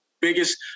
biggest